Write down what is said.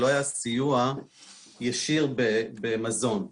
לא היה סיוע ישיר במזון.